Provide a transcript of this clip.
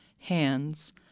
Hands